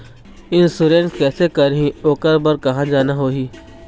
Insurance कैसे करही, ओकर बर कहा जाना होही?